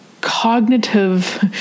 cognitive